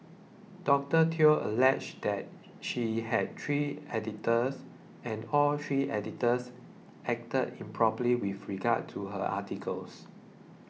Doctor Teo alleged that she had three editors and all three editors acted improperly with regard to her articles